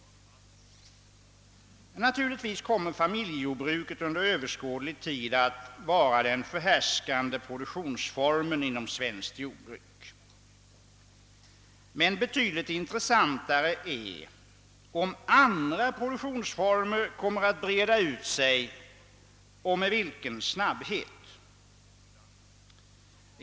Naturligtvis kommer familjejordbruket under överskådlig tid att vara den förhärskande produktionsformen inom svenskt jordbruk. Men betydligt intressantare är om andra produktionsformer kommer att breda ut sig och i så fall med vilken snabbhet.